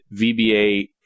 VBA